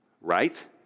Right